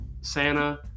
Santa